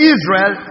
Israel